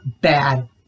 bad